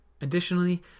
Additionally